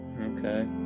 okay